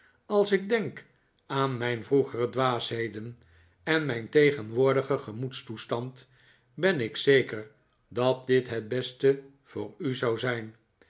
als ik denk aan mijn vroegere dwaasheden en mijn tegenwoordigen gemoedstoestand ben ik zeker dat dit het beste voor u zou zijn